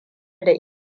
da